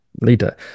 leader